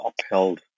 upheld